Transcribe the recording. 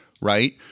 Right